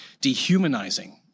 dehumanizing